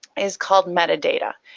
is called metadata.